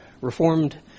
Reformed